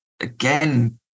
again